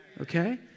Okay